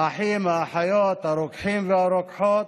האחים והאחיות, הרוקחים והרוקחות,